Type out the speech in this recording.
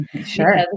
Sure